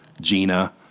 Gina